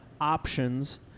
options